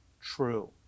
true